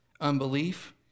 unbelief